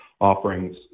offerings